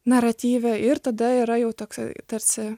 naratyve ir tada yra jau toks tarsi